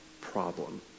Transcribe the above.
problem